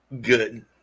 good